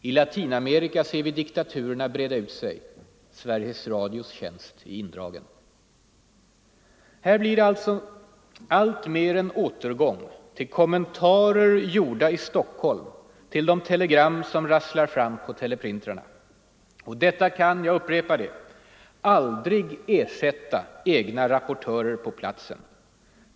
I Latinamerika ser vi diktaturerna breda ut sig — Sveriges Radios tjänst är indragen. Här blir det alltså alltmer en återgång till kommentarer, gjorda i Stockholm, till de telegram som rasslar fram på teleprintrarna. Det kan — jag upprepar det — aldrig ersätta egna rapportörer på platsen.